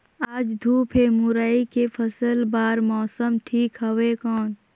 आज धूप हे मुरई के फसल बार मौसम ठीक हवय कौन?